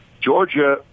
Georgia